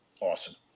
Awesome